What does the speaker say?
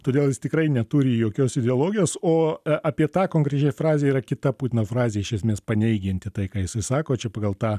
todėl jis tikrai neturi jokios ideologijos o apie tą konkrečiai frazę yra kita putino frazė iš esmės paneigianti tai ką jisai sako čia pagal tą